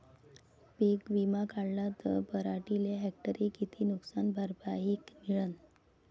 पीक विमा काढला त पराटीले हेक्टरी किती नुकसान भरपाई मिळीनं?